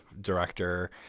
director